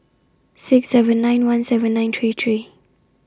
six seven nine one seven nine three three